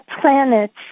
planets